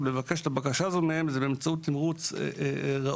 לבקש את הבקשה הזו מהם היא באמצעות תמרוץ ראוי,